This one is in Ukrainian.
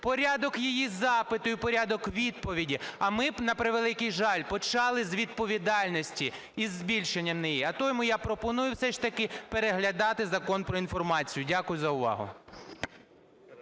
порядок її запиту і порядок відповіді. А ми, на превеликий жаль, почали з відповідальності і збільшення неї. Тому я пропоную все ж таки переглядати Закон "Про інформацію". ГОЛОВУЮЧИЙ.